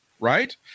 right